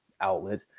outlet